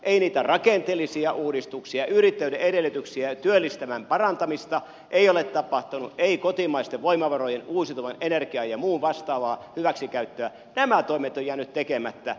ei niitä rakenteellisia uudistuksia yrittäjyyden edellytyksien ja työllisyyden parantamista ole tapahtunut ei kotimaisten voimavarojen uusiutuvan energian ja muun vastaavan hyväksikäyttöä nämä toimet ovat jääneet tekemättä